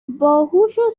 باهوشو